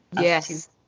yes